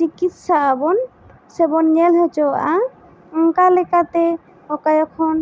ᱪᱤᱠᱤᱛᱥᱟ ᱟᱵᱚᱱ ᱥᱮᱵᱚᱱ ᱧᱮᱞ ᱦᱚᱪᱚᱣᱟᱜᱼᱟ ᱚᱱᱠᱟ ᱞᱮᱠᱟᱛᱮ ᱚᱠᱟ ᱡᱚᱠᱷᱚᱱ